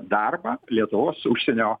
darbą lietuvos užsienio